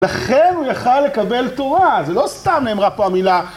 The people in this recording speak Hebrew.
לכן הוא יכל לקבל תורה, זה לא סתם נאמרה פה המילה.